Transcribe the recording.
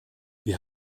wir